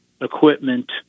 equipment